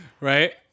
Right